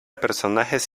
personajes